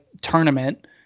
tournament